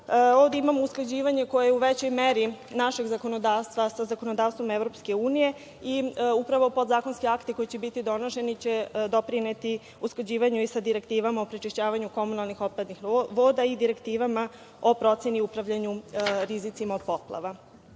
ovde imamo usklađivanje koje je u većoj meri našeg zakonodavstva sa zakonodavstvom EU i upravo podzakonski akti koji će biti donošeni će doprineti usklađivanju i sa direktivama o prečišćavanju komunalnih otpadnih voda i direktivama o proceni i upravljanju rizicima od poplava. Dakle,